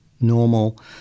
normal